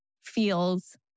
feels